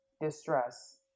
distress